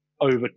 over